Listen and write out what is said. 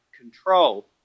control